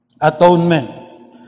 Atonement